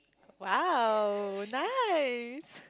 !wow! nice